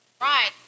Right